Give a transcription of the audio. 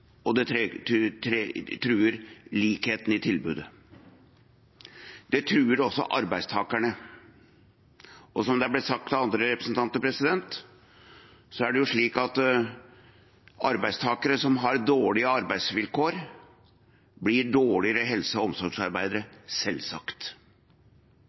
og det truer likheten i tilbudet. Det truer også arbeidstakerne. Som det ble sagt av andre representanter, er det jo slik at arbeidstakere som har dårlige arbeidsvilkår, blir dårligere helse- og